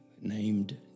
named